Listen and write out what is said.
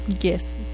Yes